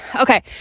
Okay